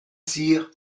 cyr